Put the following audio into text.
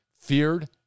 feared